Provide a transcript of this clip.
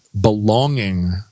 belonging